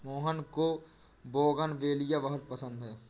मोहन को बोगनवेलिया बहुत पसंद है